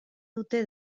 dute